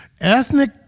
Ethnic